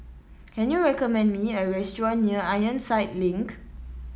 can you recommend me a restaurant near Ironside Link